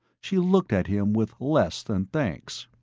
she looked at him with less than thanks.